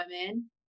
women